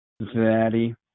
Cincinnati